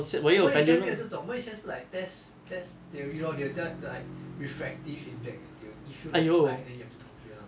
我们以前没有这种我们以前是 test test theory lor they will tell you like refractive index they will give you light then you have to calculate something